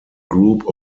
group